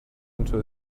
into